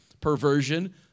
perversion